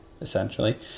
essentially